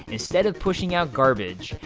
instead of pushing out garbage.